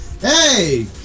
Hey